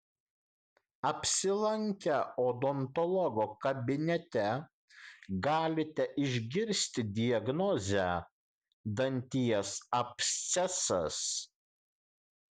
apsilankę odontologo kabinete galite išgirsti diagnozę danties abscesas